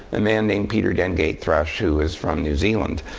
a man named peter dengate thrush, who is from new zealand.